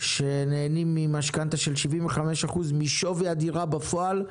שנהנים ממשכנתה של 75% משווי הדירה הפועל,